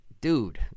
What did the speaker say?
dude